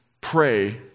pray